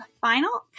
Final